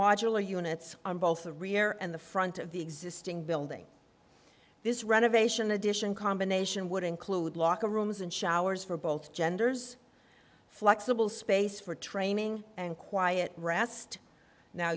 modular units on both the rear and the front of the existing building this renovation addition combination would include locker rooms and showers for both genders flexible space for training and quiet rest now